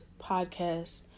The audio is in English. podcast